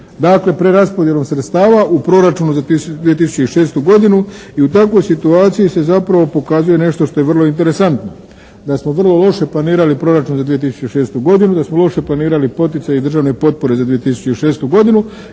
Dakle, preraspodjelom sredstava u Proračunu za 2006. godinu i u takvoj situaciji se zapravo pokazuje nešto što je vrlo interesantno. Da smo vrlo loše planirali Proračun za 2006. godinu, da smo loše planirali poticaje i državne potpore za 2006. godinu.